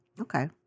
Okay